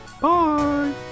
Bye